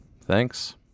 Thanks